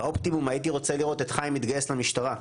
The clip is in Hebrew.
באופטימום הייתי רוצה לראות את חיים מתגייס למשטרה,